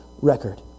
record